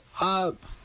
up